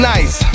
Nice